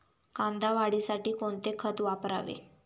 कांदा वाढीसाठी कोणते खत वापरावे?